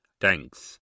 Thanks